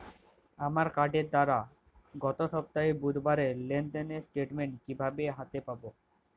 আমার কার্ডের দ্বারা গত সপ্তাহের বুধবারের লেনদেনের স্টেটমেন্ট কীভাবে হাতে পাব?